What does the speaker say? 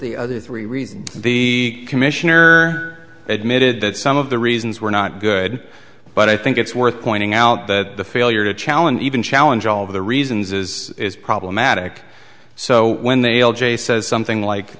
the other three reasons the commissioner admitted that some of the reasons were not good but i think it's worth pointing out that the failure to challenge even challenge all of the reasons is problematic so when they'll jay says something like